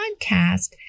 podcast